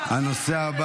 בושה.